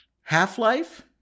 Half-Life